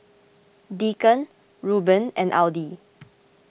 Deacon Rueben and Audie